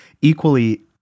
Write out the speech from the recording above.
equally